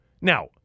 Now